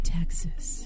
Texas